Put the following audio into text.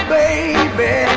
baby